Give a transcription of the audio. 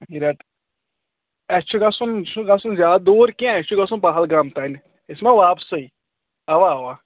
rate اَسہِ چھِ گژھُن چھُنہٕ گژھُن زیادٕ دوٗر کینٛہہ اَسہِ چھِ گژھُن پَہَلگام تانۍ أسۍ یِمَو واپسٕے اَوا اَوا